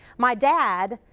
my dad,